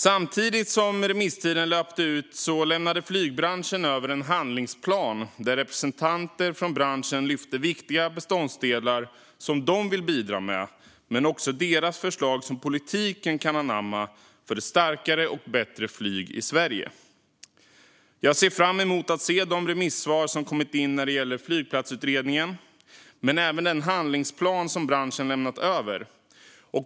Samtidigt som remisstiden löpte ut lämnade flygbranschen över en handlingsplan där representanter från branschen lyfte fram viktiga delar som de vill bidra med men också förslag som politiken kan anamma för ett starkare och bättre flyg i Sverige. Jag ser fram emot att se de remissvar som kommit in om flygplatsutredningen men även den handlingsplan som branschen lämnat över.